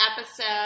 episode